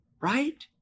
Right